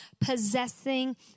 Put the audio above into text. possessing